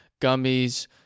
gummies